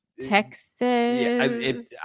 Texas